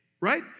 right